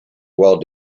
well